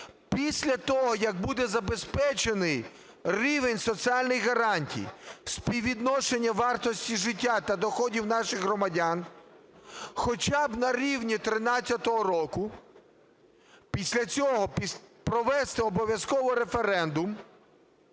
після того, як буде забезпечений рівень соціальних гарантій, співвідношення вартості життя та доходів наших громадян хоча б на рівні 13-го року. Після цього провести обов’язково референдум,